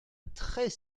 très